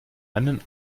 einen